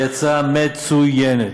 היא הצעה מצוינת.